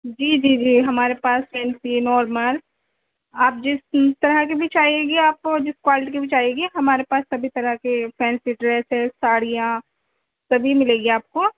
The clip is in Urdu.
جی جی جی ہمارے پاس فینسی نارمل آپ جس طرح کی بھی چاہیے گی آپ کو جس کوالٹی کے بھی چاہیے گی ہمارے پاس سبھی طرح کے فینسی ڈریسز ساڑیاں سبھی مِلے گی آپ کو